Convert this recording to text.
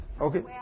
Okay